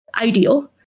ideal